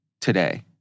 today